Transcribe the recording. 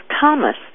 Thomas